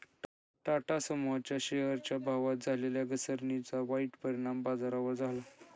टाटा समूहाच्या शेअरच्या भावात झालेल्या घसरणीचा वाईट परिणाम बाजारावर झाला